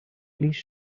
please